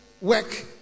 work